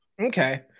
Okay